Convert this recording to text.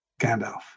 gandalf